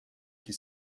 qui